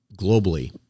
globally